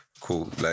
cool